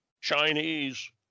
Chinese